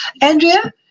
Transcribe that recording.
Andrea